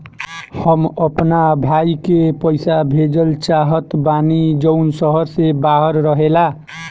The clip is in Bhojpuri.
हम अपना भाई के पइसा भेजल चाहत बानी जउन शहर से बाहर रहेला